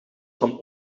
van